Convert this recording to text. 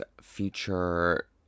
feature